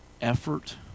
effort